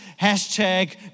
Hashtag